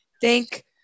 thank